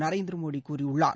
நரேந்திரமோடி கூறியுள்ளார்